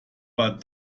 war